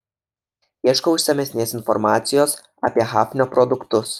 ieškau išsamesnės informacijos apie hafnio produktus